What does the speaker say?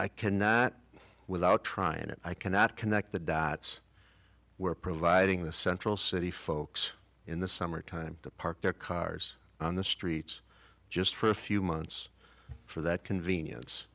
i can without trying it i cannot connect the dots were providing the central city folks in the summer time to park their cars on the streets just for a few months for that convenience